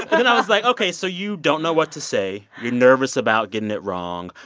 then i was like, ok, so you don't know what to say. you're nervous about getting it wrong.